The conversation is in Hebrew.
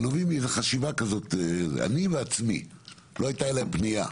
נובעים מחשיבה כזאת, לא הייתה אליי פנייה.